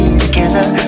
together